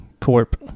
Corp